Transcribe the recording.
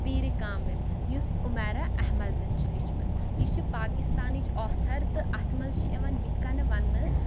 پیٖرِ کامِل یُس عُمیرا احمَدَن چھِ لیٚچھمٕژ یہِ چھِ پاکِستانٕچ آتھَر تہٕ اَتھ منٛز چھِ یِوان یِتھ کٔنۍ وَننہٕ